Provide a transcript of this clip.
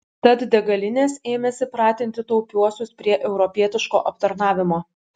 tad degalinės ėmėsi pratinti taupiuosius prie europietiško aptarnavimo